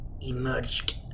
emerged